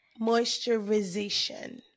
moisturization